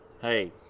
hey